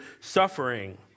suffering